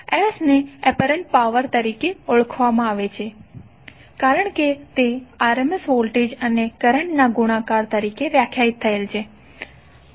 S ને apparent power તરીકે ઓળખવામાં આવે છે કારણ કે તે RMS વોલ્ટેજ અને કરંટના ગુણાકાર તરીકે વ્યાખ્યાયિત થયેલ છે